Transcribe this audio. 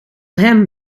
hem